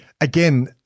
Again